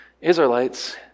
Israelites